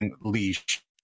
leash